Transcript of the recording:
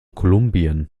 kolumbien